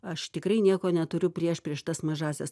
aš tikrai nieko neturiu prieš prieš tas mažąsias